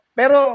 pero